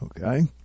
Okay